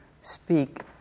speak